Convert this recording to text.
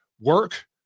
work